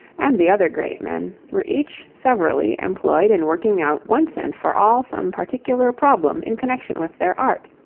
and the other great men, were each severally employed in working out once and for all some particular problem in connection with their art.